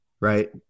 right